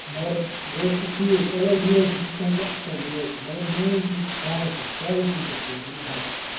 مگر وۄنۍ حظ چھُ ٹھیٖک چلو ریٹ دِژوٕ تۄہہِ مےٚ اَصٕل مُنٲسِب مگر مین چیٖز چھُ کالٹی کالٹی گٔژھ روزٕنۍ برقرار